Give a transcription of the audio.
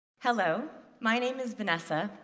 hello, my name is vanessa,